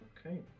Okay